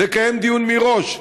לקיים דיון מראש,